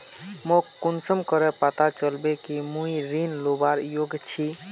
मोक कुंसम करे पता चलबे कि मुई ऋण लुबार योग्य छी?